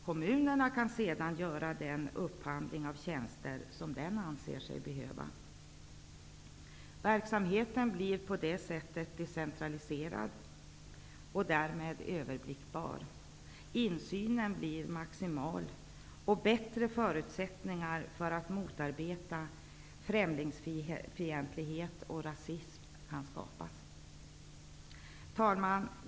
Kommunerna kan sedan göra den upphandling av tjänster som de anser sig behöva. Verksamheten blir på det sättet decentraliserad och därmed överblickbar. Insynen blir maximal, och bättre förutsättningar för att motarbeta främlingsfientlighet och rasism kan skapas. Herr talman!